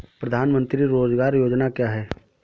प्रधानमंत्री रोज़गार योजना क्या है?